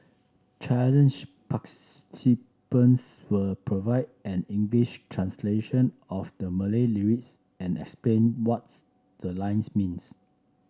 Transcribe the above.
challenge participants will provide an English translation of the Malay lyrics and explain what's the lines means